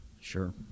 Sure